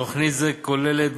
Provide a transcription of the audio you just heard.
תוכנית זו כוללת,